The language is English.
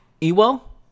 Ewell